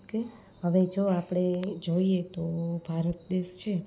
okay હવે જો આપણે જોઈએ તો ભારત દેશ છે